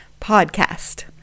podcast